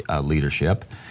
leadership